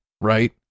right